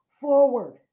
forward